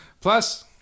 Plus